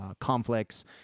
conflicts